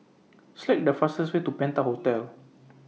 Select The fastest Way to Penta Hotel